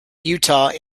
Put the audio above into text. utah